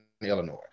Illinois